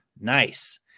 Nice